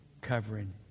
covering